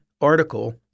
article